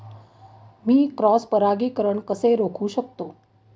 मी cross परागीकरण कसे रोखू शकतो?